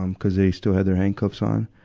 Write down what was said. um, cuz they still had their handcuffs on.